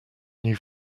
new